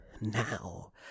now